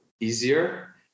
easier